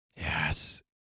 Yes